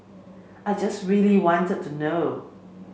I just really wanted to know